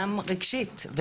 גם רגשית,